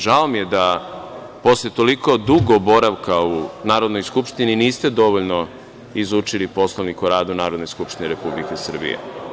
Žao mi je da posle toliko dugo boravka u Narodnoj skupštini niste dovoljno izučili Poslovnik o radu Narodne skupštine Republike Srbije.